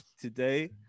today